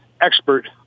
expert